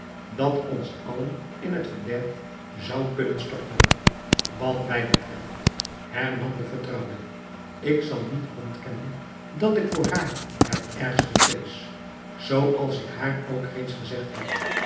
dat ons allen in het verderf zou kunnen storten wat mij betreft hernam de vertrouwde ik zal niet ontkennen dat ik voor haar het ergste vrees zooals ik haar ook reeds gezegd heb